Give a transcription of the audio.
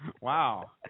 Wow